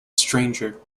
stranger